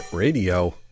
Radio